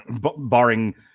barring